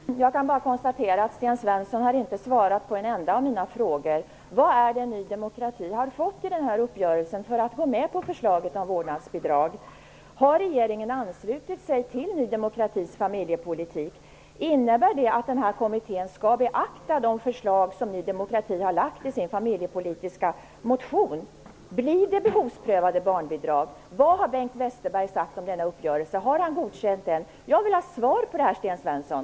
Fru talman! Jag kan bara konstatera att Sten Svensson inte har svarat på en enda av mina frågor. Vad är det alltså som Ny demokrati har fått i den här uppgörelsen för att gå med på förslaget om vårdnadsbidrag? Har regeringen anslutit sig till Ny demokratis familjepolitik? Innebär det att den här kommittén skall beakta de förslag som Ny demokrati har lagt fram i sin familjepolitiska motion? Blir det behovsprövade barnbidrag? Vad har Bengt Westerberg sagt om denna uppgörelse? Har han godkänt den? Jag vill ha svar på mina frågor, Sten Svensson!